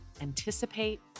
anticipate